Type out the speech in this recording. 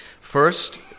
First